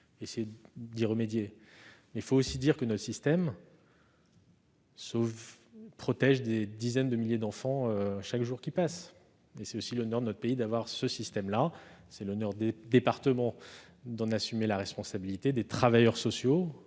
essayer d'y remédier. Mais il faut aussi dire que notre système protège des dizaines de milliers d'enfants chaque jour qui passe. C'est l'honneur de notre pays d'avoir un tel système, l'honneur des départements d'en assumer la responsabilité, l'honneur des travailleurs sociaux